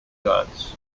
guards